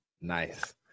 nice